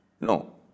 no